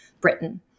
Britain